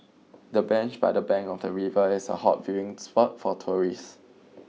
the bench by the bank of the river is a hot viewing spot for tourists